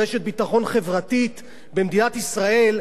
רשת ביטחון חברתית במדינת ישראל,